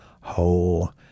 whole